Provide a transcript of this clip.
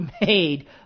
made